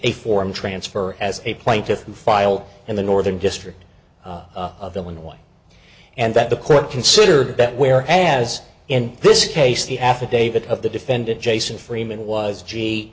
a form transfer as a plaintiff to file in the northern district of illinois and that the court considered that where as in this case the affidavit of the defendant jason freeman was gee